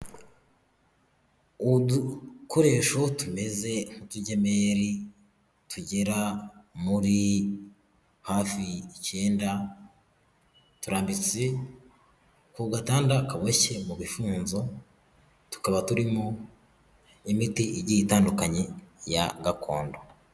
Udukoresho tumeze nk'utugemeri tugera muri hafi icyenda, turambitse ku gatanda kaboshye mu bifunzo, tukaba turimo imiti igiye itandukanye ya gakondo.